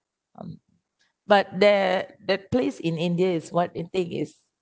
um but that that place in india is what I think is